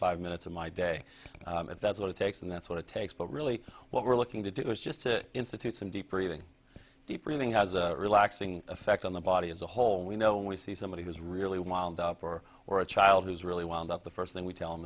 five minutes of my day and that's what it takes and that's what it takes but really what we're looking to do is just to institute some deep breathing deep breathing has a relaxing effect on the body as a whole we know when we see somebody who's really wound up or or a child who's really wound up the first thing we tell